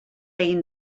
egin